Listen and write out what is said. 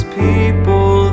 people